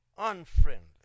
Unfriendly